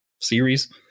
series